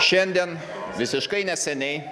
šiandien visiškai neseniai